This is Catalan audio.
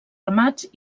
ramats